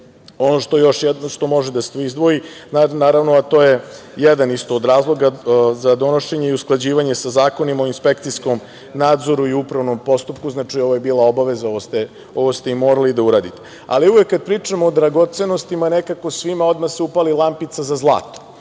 vrlo bitno. Ono što može da se izdvoji, naravno, a to je jedan isto od razloga za donošenje i usklađivanje sa zakonima o inspekcijskom nadzoru i upravnom postupku, znači, ovo je bila obaveza, ovo ste i morali da uradite. Ali, uvek kada pričamo o dragocenostima nekako svima odmah se upali lampica za zlato